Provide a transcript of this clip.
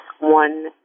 one